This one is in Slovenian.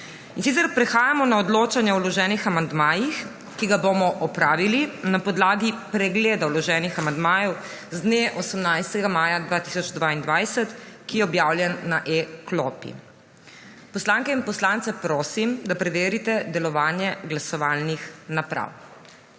postopka. Prehajamo na odločanje o vloženih amandmajih, ki ga bomo opravili na podlagi pregleda vloženih amandmajev z dne 18. maja 2022, ki je objavljen na e-klopi. Poslanke in poslance prosim, da preverijo delovanje glasovalnih naprav.